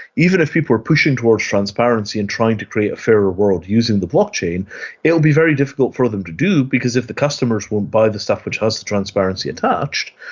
even if people are pushing towards transparency and trying to create a fairer world using the blockchain, it will be very difficult for them to do because if the customers won't buy the stuff that has the transparency attached,